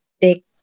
big